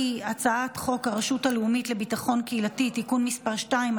כי הצעת חוק הרשות הלאומית לביטחון קהילתי (תיקון מס' 2),